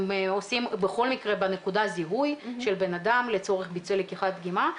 הם עושים בכל מקרה בנקודה זיהוי של בן אדם לצורך ביצוע לקיחת דגימה,